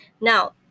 Now